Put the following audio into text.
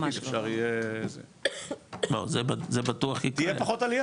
זה בטוח יקרה.